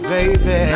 Baby